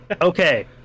Okay